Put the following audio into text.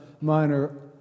minor